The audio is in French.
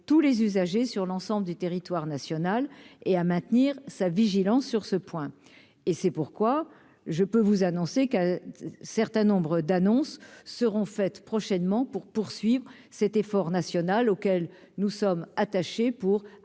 tous les usagers sur l'ensemble du territoire national et à maintenir sa vigilance sur ce point, et c'est pourquoi je peux vous annoncer qu'un certain nombre d'annonces seront faites prochainement pour poursuivre cet effort national auquel nous sommes attachés pour